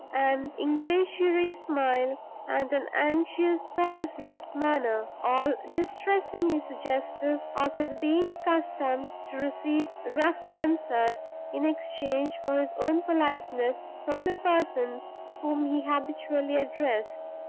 an ingratiatory smile, and an anxious courtesy of manner, all distressingly suggestive of his being accustomed to receive rough answers in exchange for his own politeness from the persons whom he habitually addressed.